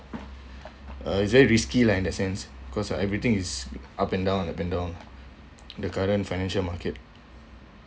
uh it's very risky lah in that sense cause uh everything is up and down up and down the current financial market